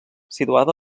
situada